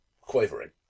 quavering